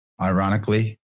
ironically